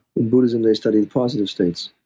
buddhism, they studied positive states,